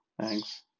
Thanks